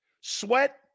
Sweat